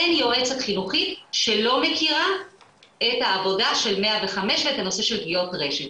אין יועצת חינוכית שלא מכירה את העבודה של 105 ואת הנושא של פגיעות רשת.